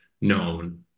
known